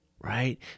right